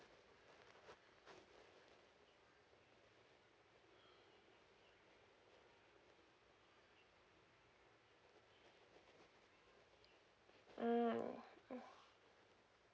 mm mm